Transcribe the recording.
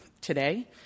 today